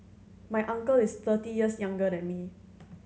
my uncle is thirty years younger than me